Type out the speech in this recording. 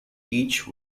each